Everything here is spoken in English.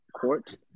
court